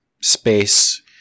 space